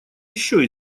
еще